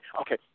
okay